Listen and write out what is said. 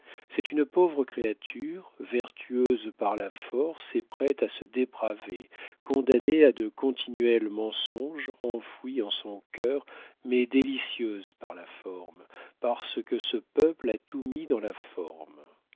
c'est une pauvre créature vertueuse par force et prête à se dépraver condamnée à de continuels mensonges enfouis en son cœur mais délicieuse par la forme parce que ce peuple a tout mis dans la forme